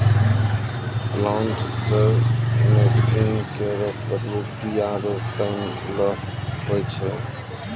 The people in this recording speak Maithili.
प्लांटर्स मसीन केरो प्रयोग बीया रोपै ल होय छै